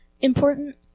important